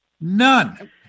None